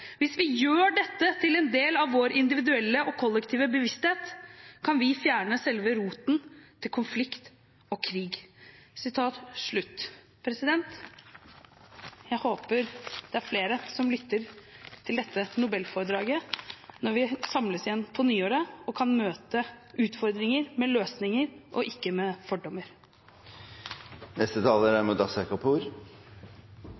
Hvis vi forstår dette, hvis vi gjør dette til en del av vår individuelle og kollektive bevissthet, kan vi fjerne selve roten til konflikt og krig.» Jeg håper det er flere som lytter til dette nobelforedraget, og at vi kan samles igjen på nyåret og møte utfordringer med løsninger og ikke med